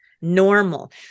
normal